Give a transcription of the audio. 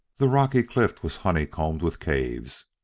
the rocky cliff was honeycombed with caves.